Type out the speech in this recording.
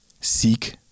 seek